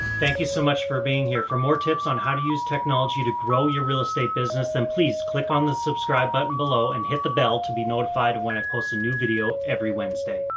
thank you so much for being here. for more tips on how to use technology to grow your real estate business, then please click on the subscribe button below and hit the bell to be notified when it posts a new video. every wednesday.